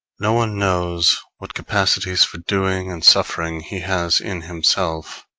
no one knows what capacities for doing and suffering he has in himself,